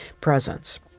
presence